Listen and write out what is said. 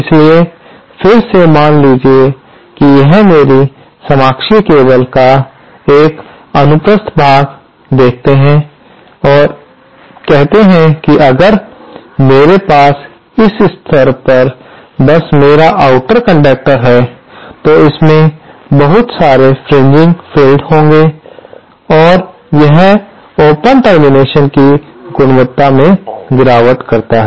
इसलिए फिर से मान लीजिए कि यह मेरी समाक्षीय केबल का एक अनुप्रस्थ भाग देखते हैं और कहते हैं कि अगर मेरे पास इस स्तर पर बस मेरा आउटर कंडक्टर है तो इसमें बहुत सारे फ्रिनजिंग फील्ड होंगे और यह ओपन टर्मिनेशन की गुणवत्ता मैं गिरावट करता है